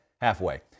halfway